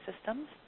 systems